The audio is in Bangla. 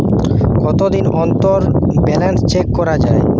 কতদিন অন্তর ব্যালান্স চেক করা য়ায়?